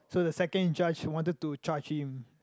so the second in charge wanted to charge him